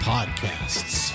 Podcasts